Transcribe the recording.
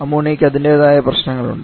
അമോണിയക്ക് അതിന്റേതായ പ്രശ്നങ്ങൾ ഉണ്ട്